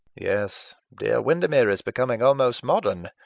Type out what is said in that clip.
yes dear windermere is becoming almost modern.